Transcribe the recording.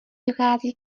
dochází